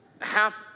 half